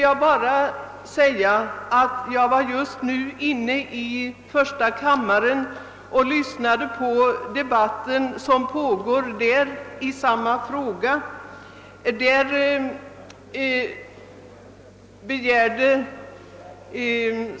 Jag har just varit inne i första kammaren och lyssnat på den pågående debatten där i samma ärende.